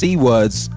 C-words